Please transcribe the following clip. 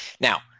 Now